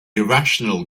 irrational